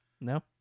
No